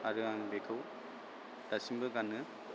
आरो आं बेखौ दासिमबो गानो